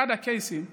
אחד הקייסים אמר: